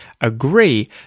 agree